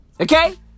Okay